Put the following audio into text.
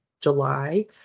July